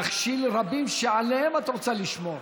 להכשיל רבים שעליהם את רוצה לשמור.